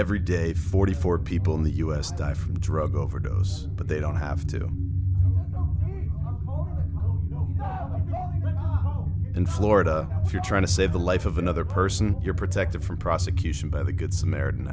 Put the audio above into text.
every day forty four people in the u s die from drug overdose but they don't have to in florida if you're trying to save the life of another person you're protected from prosecution by the good samaritan